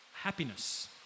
happiness